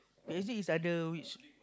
P_S_G is under which